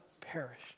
perish